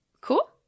Cool